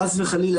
חס וחלילה,